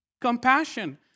compassion